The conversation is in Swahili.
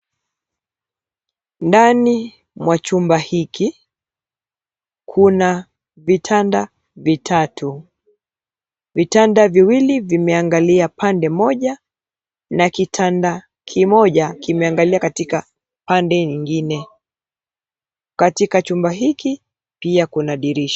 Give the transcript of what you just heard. Ndani mwa chumba hiki, kuna vitanda vitatu, vitanda viwili vimeangalia pande moja na kitanda kimoja kimeangalia katika pande ingine. Katika chumba hiki pia kuna dirisha.